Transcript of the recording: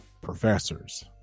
professors